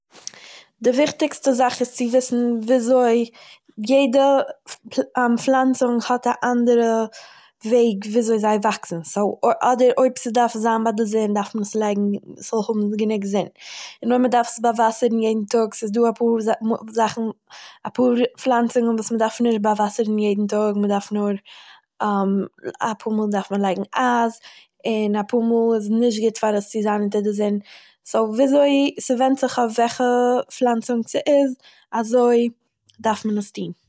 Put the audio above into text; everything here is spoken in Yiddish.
די וויכטיגסטע זאך איז אז צו וויסן וויאזוי יעדער א- פלאנצונג האט א אנדערע וועג וויאזוי זיי וואקסן, סו אדער, אויב ס'דארף זיין ביי די זון דארף מען עס לייגן ס'זאל האבן גענוג זון, און אויב מ'דארף עס באוואסערן יעדן טאג, ס'איז דא א פאר מ- זאכן, א פאר פלאנצונגען וואס מ'דארף נישט באוואסערן יעדן טאג, מ'דארף נאר א פאר מאל דארף מען לייגן אייז און א פאר מאל איז נישט גוט פאר עס צו זיין אונטער די זון, סו, וויאזוי ס'ווענדט זיך אויף וועלכע פלאנצונג ס'איז - אזוי דארף מען עס טוהן